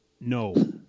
no